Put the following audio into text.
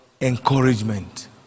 Encouragement